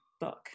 book